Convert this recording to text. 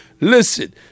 Listen